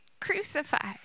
crucified